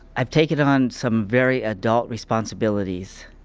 i've taken on some very adult responsibilities.